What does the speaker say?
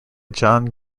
john